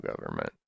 government